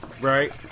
Right